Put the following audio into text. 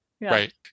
Right